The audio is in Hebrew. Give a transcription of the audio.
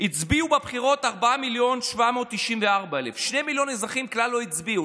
הצביעו בבחירות 4,794,000. שני מיליון אזרחים כלל לא הצביעו,